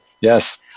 Yes